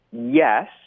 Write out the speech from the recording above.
Yes